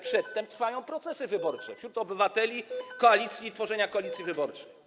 Przedtem trwają procesy wyborcze - wśród obywateli, koalicji - i tworzenie koalicji wyborczych.